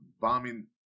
bombing